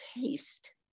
taste